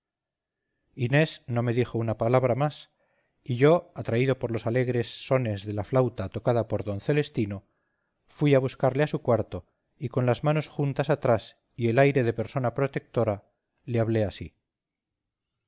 inés no me dijo una palabra más y yo atraído por los alegres sones de la flauta tocada por d celestino fui a buscarle a su cuarto y con las manos juntas atrás y el aire de persona protectora le hablé así